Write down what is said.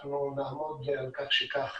אנחנו נעמוד על כך שכך